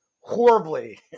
horribly